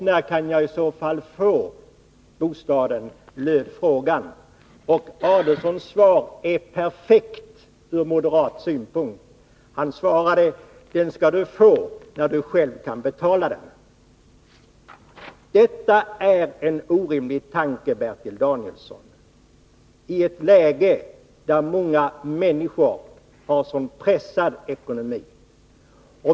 När kan jag i så fall få bostaden? löd frågan. Ulf Adelsohns svar är perfekt ur moderat synpunkt. Han svarade: ”Den skall du få när du själv kan betala den.” Detta är en orimlig tanke, Bertil Danielsson, i ett läge där många människor har en så pressad ekonomi.